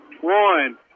one